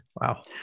wow